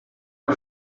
del